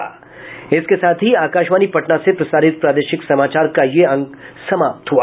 इसके साथ ही आकाशवाणी पटना से प्रसारित प्रादेशिक समाचार का ये अंक समाप्त हुआ